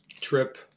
trip